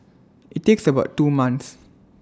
IT takes about two months